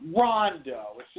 Rondo